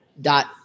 dot